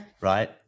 right